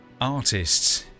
artists